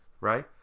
right